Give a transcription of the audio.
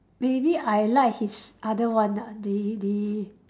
maybe I like his other one ah the the